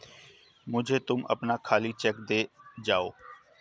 मुझे तुम अपना खाली चेक दे जाओ